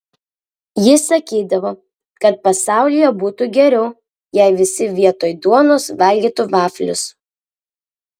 ji sakydavo kad pasaulyje būtų geriau jei visi vietoj duonos valgytų vaflius